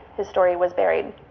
his story was buried.